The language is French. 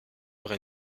heure